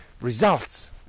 Results